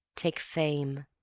take fame,